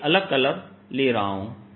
मैं एक अलग कलर ले रहा हूं